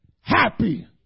happy